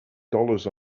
dollars